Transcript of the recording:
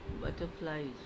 butterflies